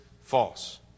false